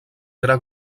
gra